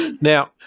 Now